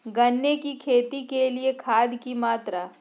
गन्ने की खेती के लिए खाद की मात्रा?